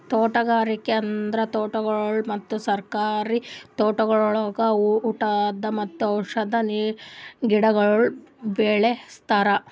ತೋಟಗಾರಿಕೆ ಅಂದುರ್ ತೋಟಗೊಳ್ ಮತ್ತ ಸರ್ಕಾರಿ ತೋಟಗೊಳ್ದಾಗ್ ಊಟದ್ ಮತ್ತ ಔಷಧ್ ಗಿಡಗೊಳ್ ಬೆ ಳಸದ್